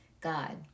God